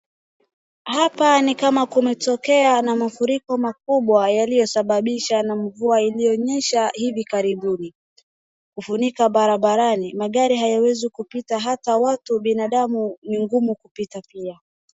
Hapa ni kama kumetokea na mafuriko makubwa yaliyosababisha na mvua iliyonyesha hivi karibuni kufunika barabarani. Magari hayawezi kupita hata watu binandamu ni ngumu kupita pia.